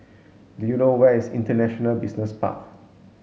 do you know where is International Business Park